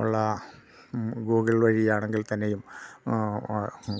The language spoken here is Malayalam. ഉള്ള ഗൂഗിൾ വഴിയാണെങ്കിൽ തന്നെയും